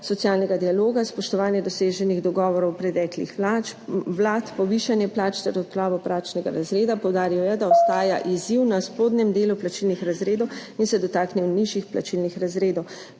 socialnega dialoga, spoštovanje doseženih dogovorov preteklih vlad, povišanje plač ter odpravo plačnega razreda. Poudaril je, da izziv na spodnjem delu plačilnih razredov in se dotaknil nižjih plačilnih razredov.